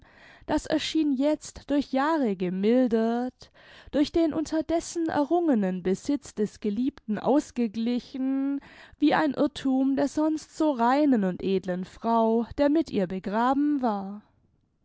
das erschien jetzt durch jahre gemildert durch den unterdessen errungenen besitz des geliebten ausgeglichen wie ein irrthum der sonst so reinen und edlen frau der mit ihr begraben war